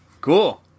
Cool